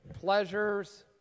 pleasures